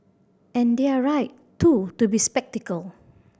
and they're right too to be